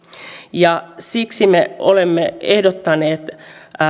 siksi me olemme ehdottaneet että